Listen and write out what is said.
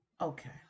Okay